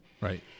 Right